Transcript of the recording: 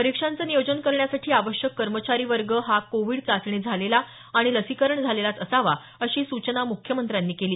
परीक्षांचं नियोजन करण्यासाठी आवश्यक कर्मचारी वर्ग हा कोविड चाचणी झालेला आणि लसीकरण झालेलाच असावा अशी सूचना मुख्यमंत्र्यांनी केली